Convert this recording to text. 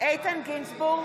איתן גינזבורג,